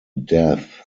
death